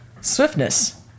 Swiftness